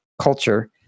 culture